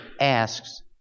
asks